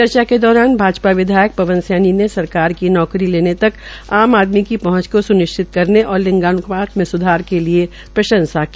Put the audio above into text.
चर्चा के दौरान भाजपा विधायक पवन सैनी ने सरकार की नौकरी लेने तक आम आदमी की पहंच को स्निश्चित करने और लिंगान्पात में सुधार के लिए प्रंशसा की